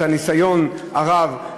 את הניסיון הרב,